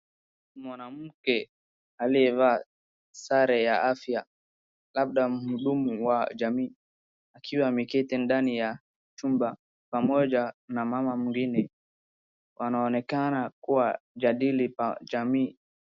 Mwanamke aliyevaa sare ya afya labda mhudumu wa jamii akiwa ameketi ndani ya chumba pamoja na mama mwengine wanaonekana kuwa jadili jamii.